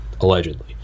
Allegedly